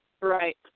Right